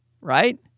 right